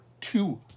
two